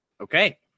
okay